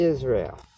Israel